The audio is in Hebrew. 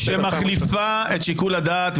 -- שמחליפה את שיקול הדעת,